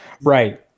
Right